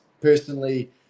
personally